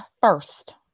first